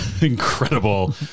incredible